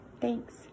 Thanks